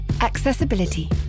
Accessibility